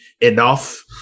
enough